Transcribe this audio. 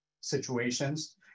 situations